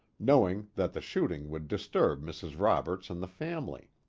knowing that the shooting would disturb mrs. roberts and the family.